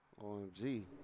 OMG